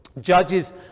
judges